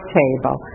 table